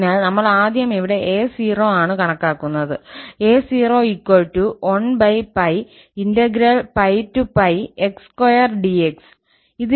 അതിനാൽ നമ്മൾ ആദ്യം ഇവിടെ 𝑎0 ആണ് കണക്കാക്കുന്നത് 𝑎0 1𝜋x2dx ഇത് ഇവിടെ −𝜋 ആണ്